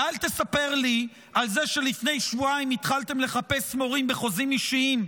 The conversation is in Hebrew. ואל תספר לי על זה שלפני שבועיים התחלתם לחפש מורים בחוזים אישיים.